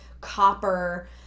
copper